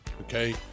okay